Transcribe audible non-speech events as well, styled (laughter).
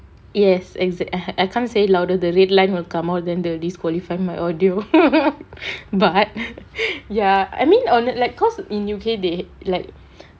yes exact I I can't say louder the red line will come out then they will disqualify my audio (laughs) but I ya I mean on it like because in U_K they like